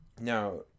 now